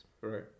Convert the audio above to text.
Right